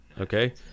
Okay